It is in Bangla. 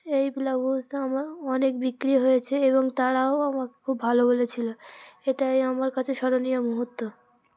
এই ব্লাউজ আমার অনেক বিক্রি হয়েছে এবং তারাও আমাকে খুব ভালো বলেছিল এটাই আমার কাছে স্মরণীয় মুহূর্ত